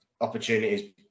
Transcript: opportunities